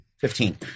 Fifteen